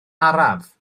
araf